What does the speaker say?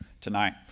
tonight